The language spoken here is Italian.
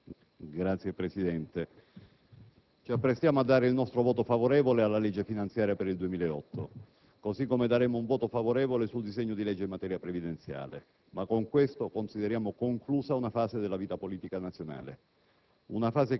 senatori, ci apprestiamo a dare il nostro voto favorevole alla legge finanziaria per il 2008, così come daremo un voto favorevole sul disegno di legge in materia previdenziale. Con questo però consideriamo conclusa una fase della vita politica nazionale.